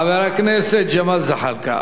חבר הכנסת ג'מאל זחאלקה,